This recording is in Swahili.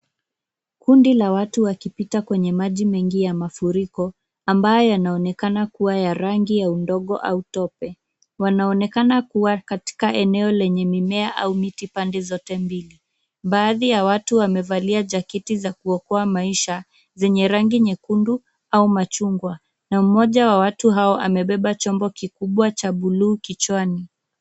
Kundi la watu wakipita kwenye maji mengi ya mafuriko, ambayo yanaonekana kua ya rangi ya udongo au tope. Wanaonekana kua katika eneo lenye mimea au miti pande zote mbili. Baadhi ya watu wamevalia jaketi za kuokoa maisha, zenye rangi nyekundu au machungwa, na mmoja wa watu hao amebeba chombo kikubwa cha buluu kichwani.